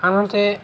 আনহাতে